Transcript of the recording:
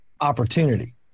Opportunity